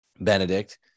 Benedict